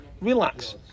Relax